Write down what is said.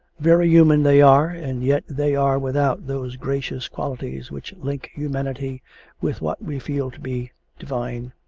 very human they are, and yet they are without those gracious qualities which link humanity with what we feel to be divine.